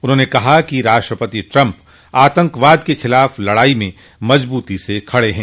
उन्होंने कहा कि राष्ट्रपति ट्रम्प आतंकवाद के खिलाफ लड़ाई में मजबूती से खड़े हैं